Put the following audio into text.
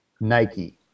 Nike